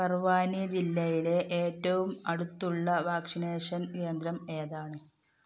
ബർവാനി ജില്ലയിലെ ഏറ്റവും അടുത്തുള്ള വാക്ഷിനേഷൻ കേന്ദ്രം ഏതാണ്